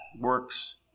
works